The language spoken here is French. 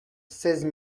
seize